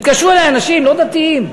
התקשרו אלי אנשים לא דתיים,